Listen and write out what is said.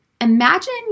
Imagine